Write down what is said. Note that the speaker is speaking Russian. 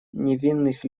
невинных